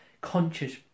conscious